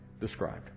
described